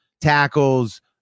tackles